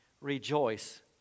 rejoice